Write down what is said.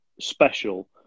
special